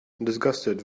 disgusted